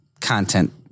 content